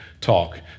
talk